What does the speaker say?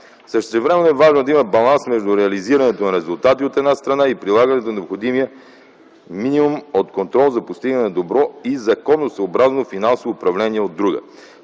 Същевременно е важно да има баланс между реализирането на резултати, от една страна, и прилагането на необходимия минимум от контрол за постигане на добро и законосъобразно финансово управление, от друга